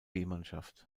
mannschaft